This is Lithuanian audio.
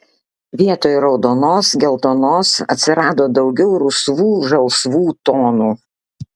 vietoj raudonos geltonos atsirado daugiau rusvų žalsvų tonų